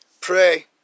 Pray